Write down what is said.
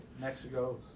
Mexico